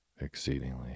exceedingly